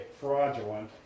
fraudulent